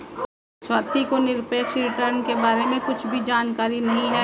स्वाति को निरपेक्ष रिटर्न के बारे में कुछ भी जानकारी नहीं है